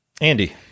Andy